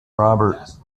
robert